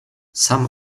some